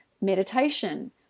Meditation